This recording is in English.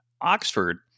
Oxford